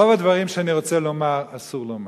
רוב הדברים שאני רוצה לומר אסור לומר,